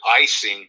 icing